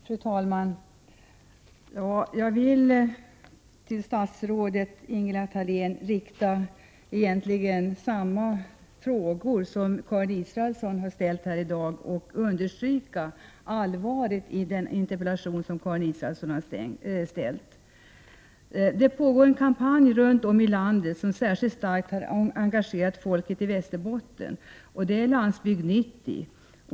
Fru talman! Jag vill till statsrådet Ingela Thalén egentligen rikta samma frågor som Karin Israelsson har ställt här i dag och understryka allvaret i hennes interpellation. Det pågår en kampanj runt om i landet som särskilt starkt har engagerat folket i Västerbotten. Det är Landsbygd 90.